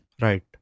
Right